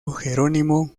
jerónimo